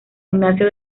ignacio